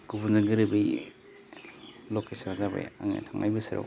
गुबुनजों गोरोबै लकेसन आ जाबाय आङो थांनाय बोसोराव